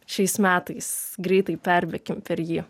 šiais metais greitai perbėkim per jį